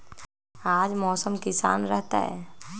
आज मौसम किसान रहतै?